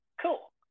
Cool